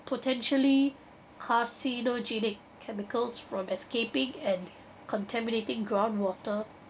potentially carcinogenic chemicals from escaping and contaminating groundwater